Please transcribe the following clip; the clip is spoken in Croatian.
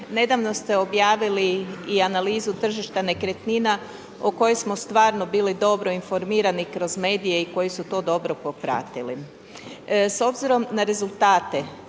Nedavno ste objavili i analizu tržišta nekretnina, o kojoj smo stvarno bili dobro informirani kroz medije i koji su to dobro popratili.